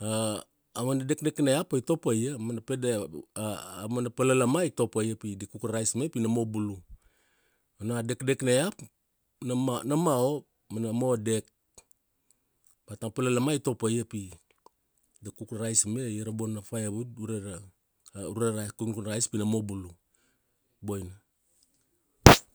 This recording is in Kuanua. avana dekdek na iap pai topa ia, mana pede a palalama i topaia pi di cook ra rice me pi na mo bulu. Ona a dekdek na iap, na ma, na mao, ma na mo dek. But a palalama i to pa ia pi da kuk ra rice me ia ra bona firewood ure ra, ure ra kunuk na rice pi na mo bulu. Boina.